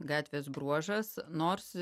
gatvės bruožas nors